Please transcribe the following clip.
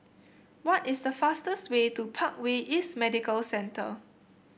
what is the fastest way to Parkway East Medical Centre